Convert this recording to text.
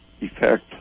effect